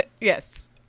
yes